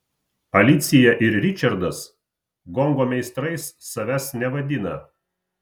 alicija ir ričardas gongo meistrais savęs nevadina